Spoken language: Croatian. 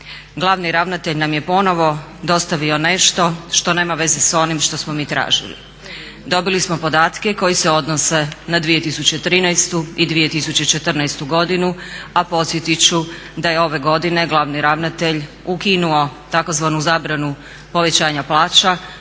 glavni ravnatelj nam je ponovno dostavio nešto što nema veze s onim što smo mi tražili. Dobili smo podatke koji se odnose na 2013.i 2014. godinu a podsjetiti ću da je ove godine glavni ravnatelj ukinuo tzv. zabranu povećanja plaća